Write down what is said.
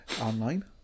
online